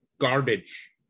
Garbage